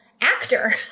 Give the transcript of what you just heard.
actor